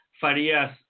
Farias